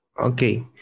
Okay